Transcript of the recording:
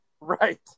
Right